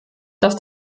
dass